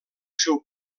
seu